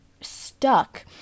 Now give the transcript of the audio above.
stuck